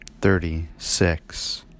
thirty-six